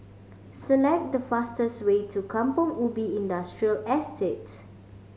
select the fastest way to Kampong Ubi Industrial Estate